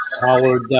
howard